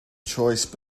choice